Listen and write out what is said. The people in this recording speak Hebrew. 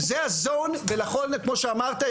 כמו שאמרת,